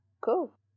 cool